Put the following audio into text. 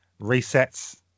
resets